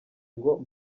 ngo